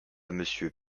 monsieur